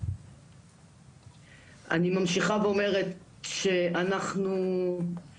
אני ממשיכה ואומרת שאני